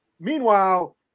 meanwhile